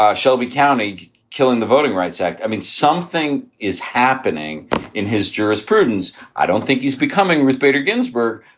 um shelby county killing the voting rights act. i mean, something is happening in his jurisprudence. i don't think he's becoming ruth bader ginsburg,